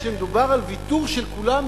כשמדובר על ויתור של כולם,